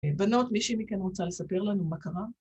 בנות, מישהי מכן רוצה לספר לנו מה קרה?